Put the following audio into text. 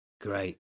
Great